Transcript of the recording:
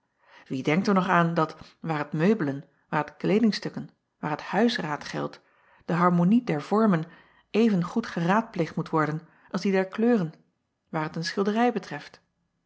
ie denkt er nog aan dat waar t meubelen waar t kleedingstukken waar t huisraad geldt de harmonie der vormen evengoed geraadpleegd moet worden als die der kleuren waar t een schilderij betreft